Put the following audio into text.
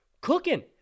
cooking